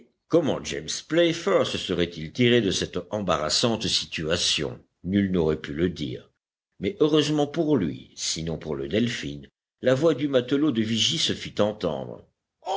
comment james playfair se serait-il tiré de cette embarrassante situation nul n'aurait pu le dire mais heureusement pour lui sinon pour le delphin la voix du matelot de vigie se fit entendre